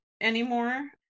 anymore